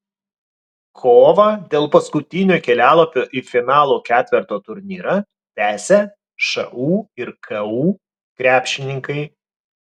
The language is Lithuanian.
kovą dėl paskutinio kelialapio į finalo ketverto turnyrą tęsia šu ir ku krepšininkai